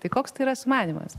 tai koks tai yra sumanymas